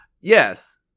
Yes